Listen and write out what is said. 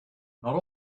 not